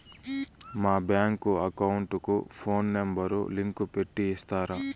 మా bank account కు phone number link పెట్టి ఇస్తారా?